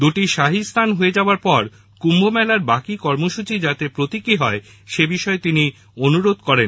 দুটি শাহী স্নান হয়ে যাওয়ার পর কুম্ভ মেলার বাকি কর্মসূচী যাতে প্রতিকী হয় সে বিষয়ে তিনি অনুরোধ করেন